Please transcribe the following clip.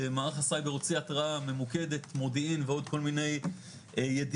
מערך הסייבר הוציא התראה ממוקדת מודיעין ועוד כל מיני ידיעות,